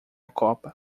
copa